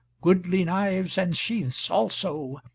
goodly knives and sheaths also.